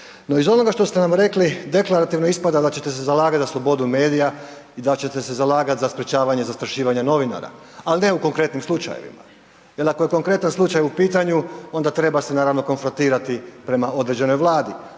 No iz onoga što ste nam rekli, deklarativno ispada da ćete se zalagati za slobodu medija i da ćete se zalagat za sprječavanje zastrašivanja novinara, ali ne u konkretnim slučajevima jer ako je konkretan slučaj u pitanju, onda treba se naravno konfrontirati prema određenoj Vladi,